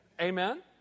Amen